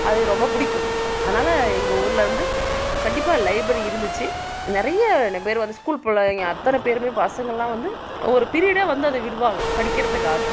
அது ரொம்ப பிடிக்கும் அதனால் எங்கள் ஊரில் வந்து கண்டிப்பாக லைப்ரி இருந்துச்சு நிறைய பேர் வந்து ஸ்கூல் பிள்ளைங்க அத்தனை பேருமே பசங்கலாம் வந்து ஒரு ப்ரீடே வந்து அது விடுவாங்க படிக்கிறதுக்காக